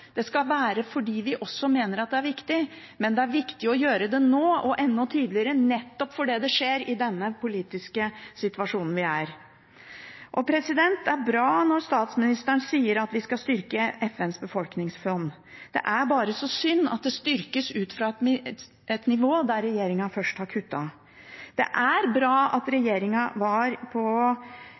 er viktig. Men det er viktig å gjøre det nå og enda tydeligere, nettopp fordi det skjer i den politiske situasjonen vi er i. Det er bra at statsministeren sier at vi skal styrke FNs befolkningsfond. Det er bare så synd at det skal styrkes ut fra et nivå der regjeringen først har kuttet. Det er bra at regjeringen var på